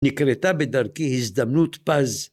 ‫נקרתה בדרכי הזדמנות פז.